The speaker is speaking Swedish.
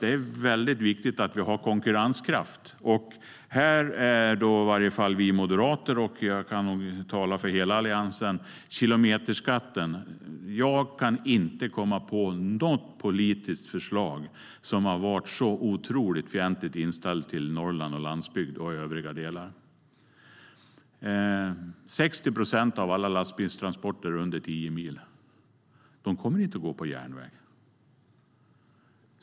Det är väldigt viktigt att vi har konkurrenskraft. Men när det gäller kilometerskatten kan vi moderater, och jag kan nog tala för hela Alliansen, inte komma på något politiskt förslag som har varit så otroligt fientligt inställt till Norrland och landsbygden.60 procent av alla lastbilstransporter är under tio mil. Dessa kommer inte att gå på järnväg.